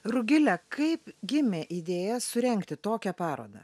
rugile kaip gimė idėja surengti tokią parodą